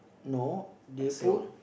no they put